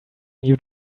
new